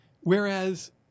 whereas